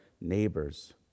neighbors